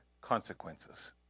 consequences